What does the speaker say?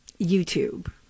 YouTube